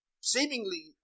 seemingly